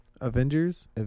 Avengers